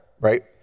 right